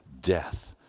Death